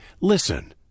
Listen